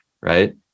right